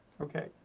Okay